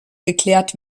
geklärt